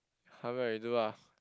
come back redo ah